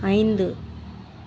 ஐந்து